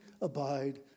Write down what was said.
abide